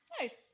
Nice